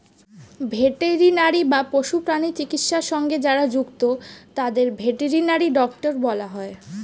veterinary বা পশু প্রাণী চিকিৎসা সঙ্গে যারা যুক্ত তাদের ভেটেরিনারি ডক্টর বলা হয়